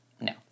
No